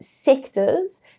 sectors